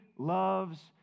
loves